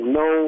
no